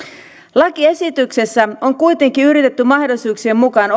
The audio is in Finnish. lakiesityksessä on kuitenkin yritetty mahdollisuuksien mukaan